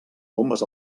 bombes